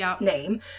name